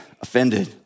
offended